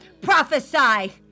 prophesy